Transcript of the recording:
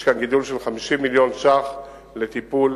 יש כאן גידול של 50 מיליון שקלים לטיפול